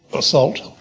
assault,